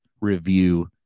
review